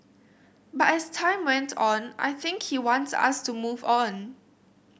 but as time went on I think he wants us to move on